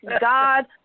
god